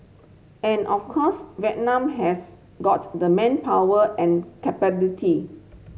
and of course Vietnam has got the manpower and